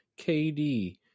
KD